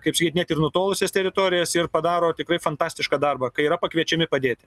kaip sakyt net ir nutolusias teritorijas ir padaro tikrai fantastišką darbą kai yra pakviečiami padėti